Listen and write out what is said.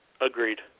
Agreed